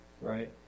right